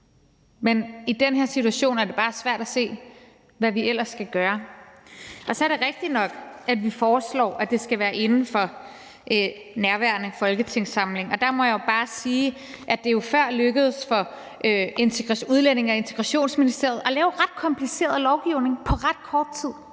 Men i den her situation er det bare svært at se, hvad vi ellers skal gøre. Så er det rigtigt nok, at vi foreslår, at det skal være inden for nærværende folketingssamling. Der må jeg bare sige, at det før er lykkedes for Udlændinge- og Integrationsministeriet at lave ret kompliceret lovgivning på ret kort tid.